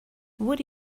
would